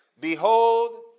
Behold